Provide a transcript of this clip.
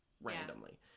randomly